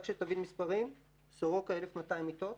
רק שתבין את המספרים, סורוקה 1,200 מיטות.